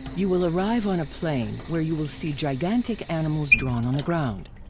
you will arrive on a plain where you will see gigantic animals drawn on the ground.